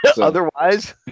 Otherwise